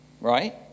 right